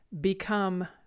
become